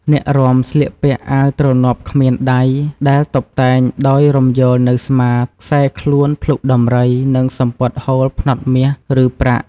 អ្នករាំស្លៀកពាក់អាវទ្រនាប់គ្មានដៃ ដែលតុបតែងដោយរំយោលនៅស្មា ខ្សែខ្លួន ភ្លុកដំរី និងសំពត់ហូលផ្នត់មាស ឬប្រាក់។